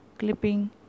clipping